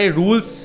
rules